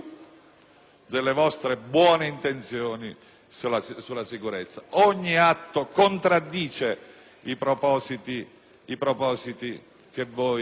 delle vostre buone intenzioni sulla sicurezza. Ogni atto contraddice i propositi che voi